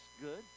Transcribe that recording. good